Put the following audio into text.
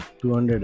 200